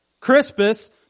Crispus